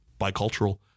bicultural